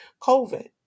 COVID